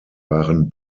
waren